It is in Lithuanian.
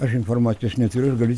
aš informacijos neturiu ir galiu